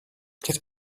get